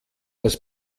das